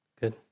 Good